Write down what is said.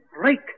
break